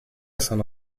sono